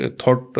thought